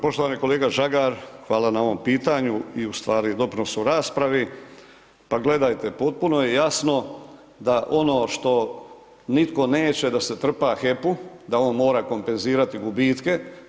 Poštovani kolega Žagar, hvala na ovom pitanju i u stvari doprinosu raspravi, pa gledajte potpuno je jasno da ono što nitko neće da se trpa HEP-u, da on mora kompenzirati gubitke.